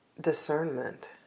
discernment